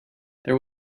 there